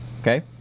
Okay